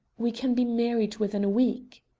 we can be married within a week.